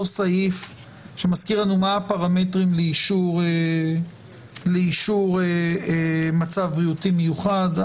סעיף שמזכיר לנו מה הפרמטרים לאישור מצב בריאותי מיוחד.